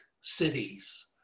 cities